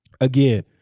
again